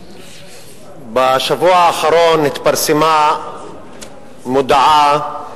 בשבוע האחרון התפרסמה מודעה